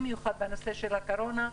במיוחד בנושא של הקורונה.